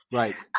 right